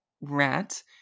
rat